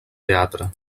teatre